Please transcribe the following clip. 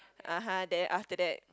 (uh huh) then after that